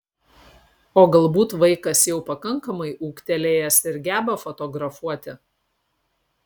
o galbūt vaikas jau pakankamai ūgtelėjęs ir geba fotografuoti